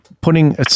putting